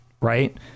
right